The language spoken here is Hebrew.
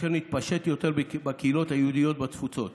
אשר נתפשט יותר בקהילות היהודיות בתפוצות,